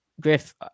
griff